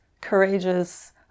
courageous